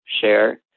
share